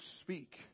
speak